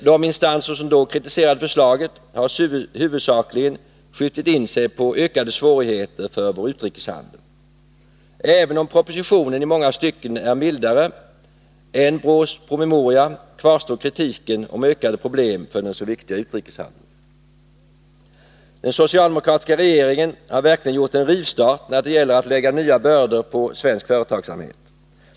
De instanser som då kritiserade förslaget har huvudsakligen skjutit in sig på ökade svårigheter för vår utrikeshandel. Även om propositionen i många stycken är mildare än BRÅ:s promemoria kvarstår kritiken om ökade problem för den så viktiga utrikeshandeln. Den socialdemokratiska regeringen har verkligen gjort en rivstart när det gäller att lägga nya bördor på svensk företagsamhet.